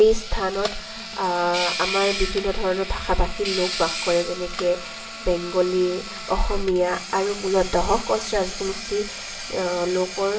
এই স্থানত আমাৰ বিভিন্ন ধৰণৰ ভাষা ভাষীৰ লোক বাস কৰে যেনেকে বেংগলী অসমীয়া আৰু মূলতঃ কোচ ৰাজবংশী লোকৰ